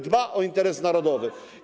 Dba o interes narodowy.